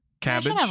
Cabbage